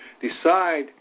Decide